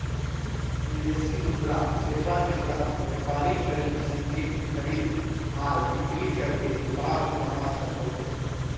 विदेशी मुद्रा सेवा के तहत व्यापारी करेंसी के खरीद आर बिक्री करके लाभ कमा सको हय